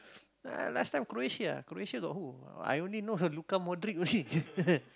last time Croatia Croatia got who I only know Luka-Modric only